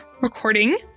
recording